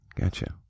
Gotcha